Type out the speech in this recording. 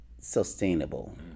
sustainable